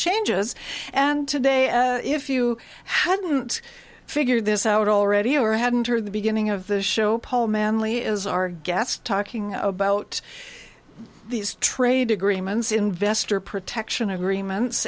changes and today if you hadn't figured this out already or hadn't heard the beginning of the show paul manley is our guest talking about these trade agreements investor protection agreements